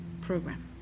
program